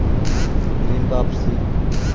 ऋण वापसी?